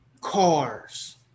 cars